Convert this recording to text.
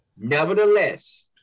Nevertheless